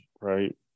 right